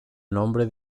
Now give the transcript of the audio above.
nombre